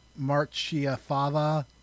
Marchiafava